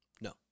No